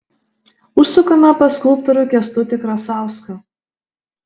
užsukame pas skulptorių kęstutį krasauską